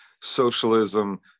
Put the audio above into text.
socialism